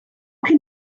can